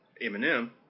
Eminem